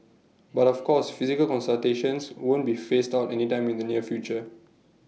but of course physical consultations won't be phased out anytime in the near future